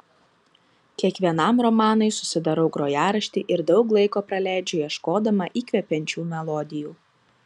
kiekvienam romanui susidarau grojaraštį ir daug laiko praleidžiu ieškodama įkvepiančių melodijų